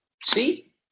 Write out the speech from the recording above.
See